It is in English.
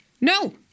no